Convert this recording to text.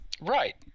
Right